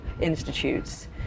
institutes